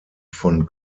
von